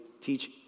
teach